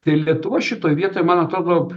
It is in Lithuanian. tai lietuva šitoj vietoj man atrodo